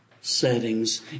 settings